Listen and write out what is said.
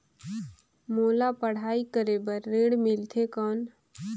मोला पढ़ाई करे बर ऋण मिलथे कौन?